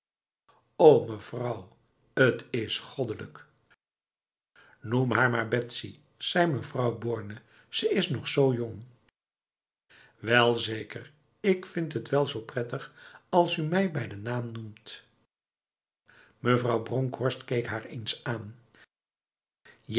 o mevrouw t is goddelijk noem haar maar betsy zei mevrouw borne ze is nog zo jongf welzeker ik vind het wel zo prettig als u mij bij de naam noemt mevrouw bronkhorst keek haar eens aan